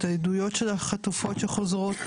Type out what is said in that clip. את העדויות של החטופות שחוזרות,